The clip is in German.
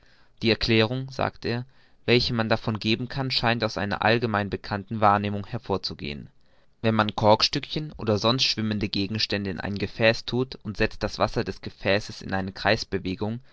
die erklärung sagt er welche man davon geben kann scheint aus einer allgemein bekannten wahrnehmung hervor zu gehen wenn man korkstückchen oder sonst schwimmende gegenstände in ein gefäß thut und setzt das wasser des gefäßes in eine